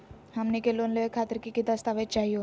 हमनी के लोन लेवे खातीर की की दस्तावेज चाहीयो?